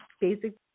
basic